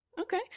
Okay